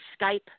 Skype